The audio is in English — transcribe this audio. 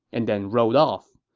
and then rode off.